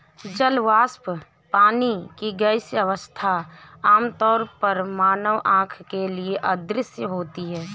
जल वाष्प, पानी की गैसीय अवस्था, आमतौर पर मानव आँख के लिए अदृश्य होती है